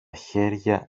χέρια